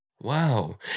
Wow